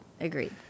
Agreed